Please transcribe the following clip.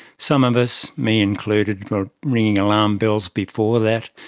some of us, me included, were ringing alarm bells before that,